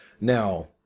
Now